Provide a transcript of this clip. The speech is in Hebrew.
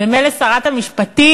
ומילא שרת המשפטים,